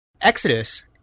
Exodus